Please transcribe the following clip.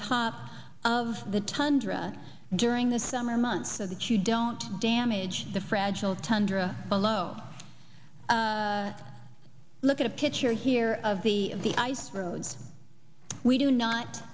top of the tundra during the summer months so that you don't damage the fragile tundra below look at a picture here of the of the icebergs we do not